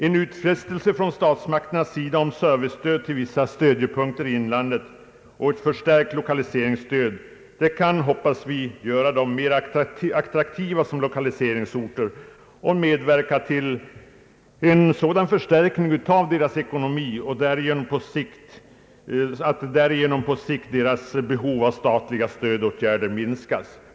En utfästelse från statsmakterna om servicestöd till vissa stödjepunkter i inlandet och ett förstärkt lokaliseringsstöd kan — hoppas vi — göra dessa orter mer attraktiva som lokaliseringsorter och medverka till en sådan förstärkning av deras ekonomi att på sikt deras behov av statliga stödåtgärder därigenom minskas.